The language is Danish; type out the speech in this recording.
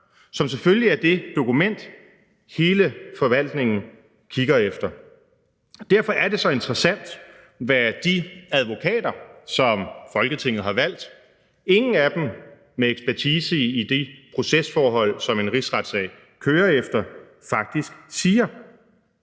som selvfølgelig er det dokument, hele forvaltningen kigger efter. Derfor er det så interessant, hvad de advokater, som Folketinget har valgt – ingen af dem med ekspertise i det procesforhold, som en rigsretssag kører efter – faktisk siger.